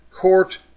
court